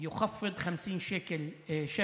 מפחית 50 שקל בחודש: